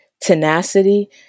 tenacity